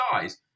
size